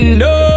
no